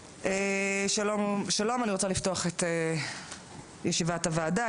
שלום לכולם, אני מתכבדת לפתוח את ישיבת הוועדה.